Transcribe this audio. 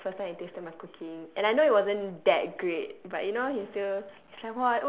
like it was the first time he tasted my cooking and I know it wasn't that great but you know he still